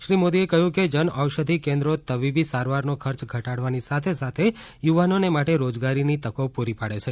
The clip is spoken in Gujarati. શ્રી મોદીએ કહ્યું કે જનૌષધિ કેન્દ્રો તબીબી સારવારનો ખર્ચ ઘટાડવાની સાથે સાથે યુવાનોને માટે રોજગારની તકો પૂરી પાડે છે